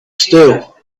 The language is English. still